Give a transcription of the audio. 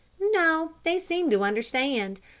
no they seem to understand.